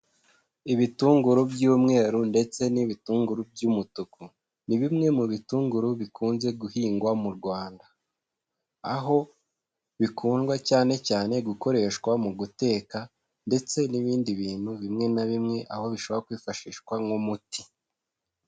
Ibitunguru by'umweru ndetse n'ibitunguru by'umutuku. Ni bimwe mu bitunguru bikunze guhingwa mu Rwanda aho bikundwa cyane cyane gukoreshwa mu guteka ndetse n'ibindi bintu bimwe na bimwe aho bishobora kwifashishwa nk'umuti.